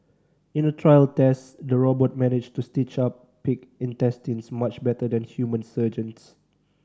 in a trial test the robot managed to stitch up pig intestines much better than human surgeons